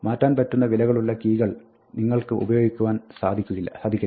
മാറ്റാൻ പറ്റുന്ന വിലകളുള്ള കീകൾ നിങ്ങൾക്ക് ഉപയോഗിക്കുവാൻ സാധിക്കില്ല